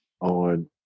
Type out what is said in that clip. On